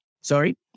Sorry